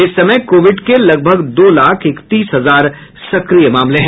इस समय कोविड के लगभग दो लाख इकतीस हजार सक्रिय मामले हैं